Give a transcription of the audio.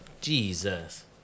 Jesus